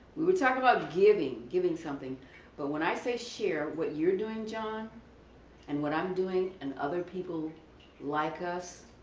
we we talked about giving, giving something but when i say share what you are doing john and what i am doing and other people like us,